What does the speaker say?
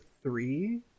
three